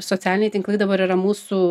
socialiniai tinklai dabar yra mūsų